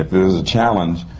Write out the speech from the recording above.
if there's a challenge,